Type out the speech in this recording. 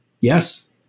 yes